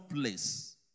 place